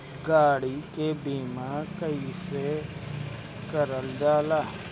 गाड़ी के बीमा कईसे करल जाला?